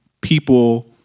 people